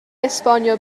esbonio